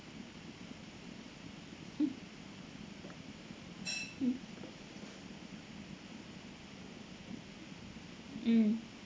mm mm